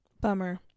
Bummer